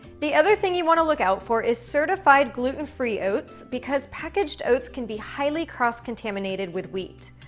the other thing you wanna look out for is certified, gluten free oats, because packaged oats can be highly cross-contaminated with wheat.